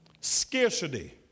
Scarcity